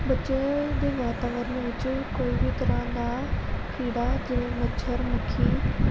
ਬੱਚਿਆਂ ਦੇ ਵਾਤਾਵਰਨ ਵਿੱਚ ਕੋਈ ਵੀ ਤਰ੍ਹਾਂ ਦਾ ਕੀੜਾ ਜਿਵੇਂ ਮੱਛਰ ਮੱਖੀ